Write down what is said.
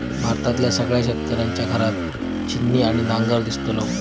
भारतातल्या सगळ्या शेतकऱ्यांच्या घरात छिन्नी आणि नांगर दिसतलो